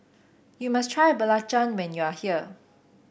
you must try belacan when you are here